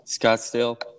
Scottsdale